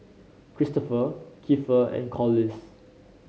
Christoper Keifer and Corliss